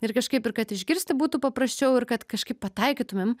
ir kažkaip ir kad išgirsti būtų paprasčiau ir kad kažkaip pataikytumėm